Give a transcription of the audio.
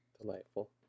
delightful